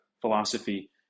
philosophy